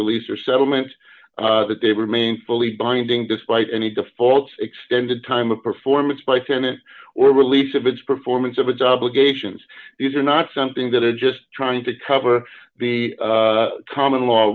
release or settlement that they remain fully binding despite any default extended time of performance by senate or release of its performance of a double geisha and these are not something that are just trying to cover the common law